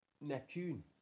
Neptune